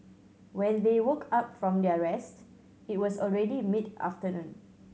when they woke up from their rest it was already mid afternoon